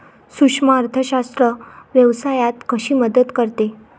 सूक्ष्म अर्थशास्त्र व्यवसायात कशी मदत करते?